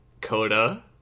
Coda